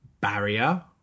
barrier